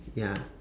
ya